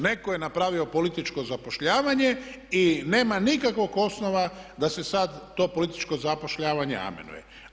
Netko je napravio političko zapošljavanje i nema nikakvog osnova da se sad to političko zapošljavanje amenuje.